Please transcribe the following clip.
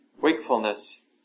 Wakefulness